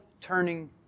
turning